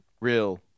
real